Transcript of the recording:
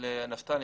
נפתלי,